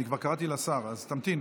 אני כבר קראתי לשר, אז תמתין.